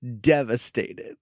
devastated